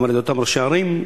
גם על-ידי אותם ראשי ערים,